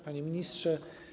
Panie Ministrze!